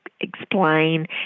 explain